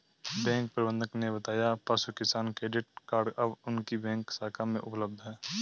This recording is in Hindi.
बैंक प्रबंधक ने बताया पशु किसान क्रेडिट कार्ड अब उनकी बैंक शाखा में उपलब्ध है